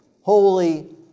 holy